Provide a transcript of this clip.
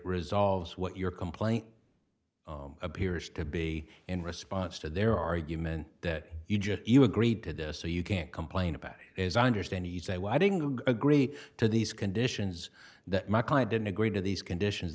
resolves what your complaint appears to be in response to their argument that you just you agreed to disown you can't complain about it is i understand you say why do you agree to these conditions that my client didn't agree to these conditions